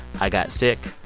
i got sick.